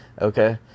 Okay